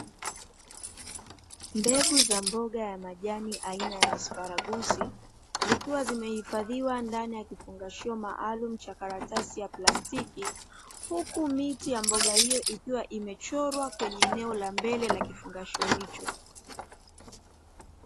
Mbegu za mboga ya majani aina ya asparagusi, zikiwa zimehifadhiwa ndani ya kifungashio maalumu cha karatasi ya plastiki, huku miti ya mboga hio ikiwa imechorwa kwenye eneo la mbele la kifungashio hicho.